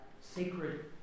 sacred